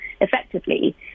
effectively